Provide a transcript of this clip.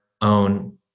own